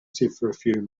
distracted